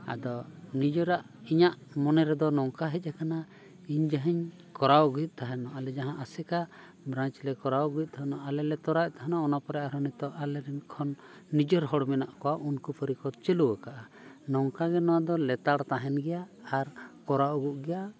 ᱟᱫᱚ ᱱᱤᱡᱮᱨᱟᱜ ᱤᱧᱟᱹᱜ ᱢᱚᱱᱮ ᱨᱮᱫᱚ ᱱᱚᱝᱠᱟ ᱦᱮᱡ ᱟᱠᱟᱱᱟ ᱤᱧ ᱡᱟᱦᱟᱸᱧ ᱠᱚᱨᱟᱣ ᱟᱹᱜᱩᱭᱮᱫ ᱛᱟᱦᱮᱸ ᱟᱞᱮ ᱡᱟᱦᱟᱸ ᱟᱥᱮᱠᱟ ᱵᱨᱟᱱᱪ ᱞᱮ ᱠᱚᱨᱟᱣ ᱟᱹᱜᱩᱭᱮᱫ ᱛᱟᱦᱮᱱ ᱟᱞᱮᱞᱮ ᱛᱚᱨᱟᱣ ᱟᱹᱜᱩᱭᱮᱫ ᱛᱟᱦᱮᱱ ᱚᱱᱟ ᱯᱚᱨᱮ ᱟᱨᱦᱚᱸ ᱱᱤᱛᱚᱜ ᱟᱞᱮᱨᱮᱱ ᱠᱷᱚᱱ ᱟᱞᱮ ᱨᱮᱱ ᱱᱤᱡᱮᱨ ᱦᱚᱲ ᱢᱮᱱᱟᱜ ᱠᱚᱣᱟ ᱩᱱᱠᱩ ᱯᱟᱹᱨᱤ ᱠᱚ ᱪᱟᱹᱞᱩ ᱠᱟᱜᱼᱟ ᱱᱚᱝᱠᱟ ᱜᱮ ᱱᱚᱣᱟᱫᱚ ᱞᱮᱛᱟᱲ ᱛᱟᱦᱮᱱ ᱜᱮᱭᱟ ᱟᱨ ᱠᱚᱨᱟᱣ ᱟᱹᱜᱩᱜ ᱜᱮᱭᱟ